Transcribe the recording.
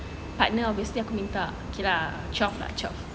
partner obviously aku minta okay lah twelve lah twelve